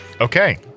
Okay